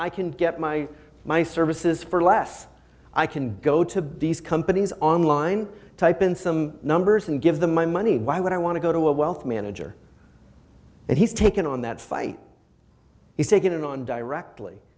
i can get my my services for less i can go to these companies online type in some numbers and give them my money why would i want to go to a wealth manager and he's taken on that flight he's taking it on directly